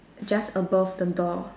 just above the door